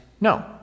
No